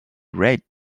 great